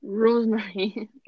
Rosemary